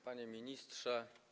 Panie Ministrze!